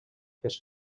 fes